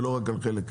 ולא רק על חלק.